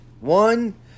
One